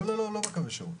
לא בקווי שירות.